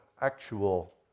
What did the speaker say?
actual